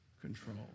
control